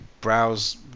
browse